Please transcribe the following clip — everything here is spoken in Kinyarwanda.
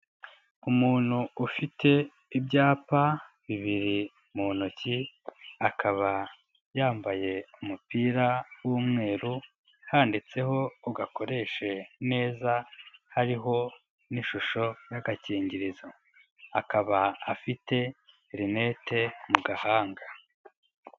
Umuntu ufite ibyapa bibiri mu ntoki, akaba yambaye umupira w'umweru handitseho ugakoreshe neza, hariho n'ishusho y'agakingirizo, akaba afite rinete mu gahanga.